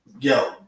Yo